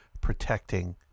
protecting